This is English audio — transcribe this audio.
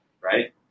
right